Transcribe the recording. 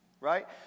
right